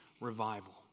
revival